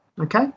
okay